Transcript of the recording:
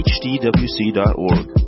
hdwc.org